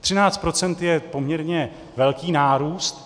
Třináct procent je poměrně velký nárůst.